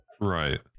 right